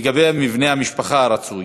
לגבי המבנה המשפחה הרצוי.